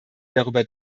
darüber